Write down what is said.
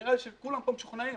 ונראה שכולם פה משוכנעים,